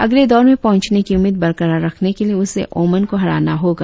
अगले दौर में पहुंचने की उम्मीद बरकरार रखने के लिए उसे ओमान को हराना होगा